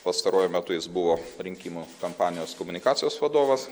pastaruoju metu jis buvo rinkimų kampanijos komunikacijos vadovas